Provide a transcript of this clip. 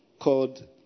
called